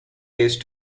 race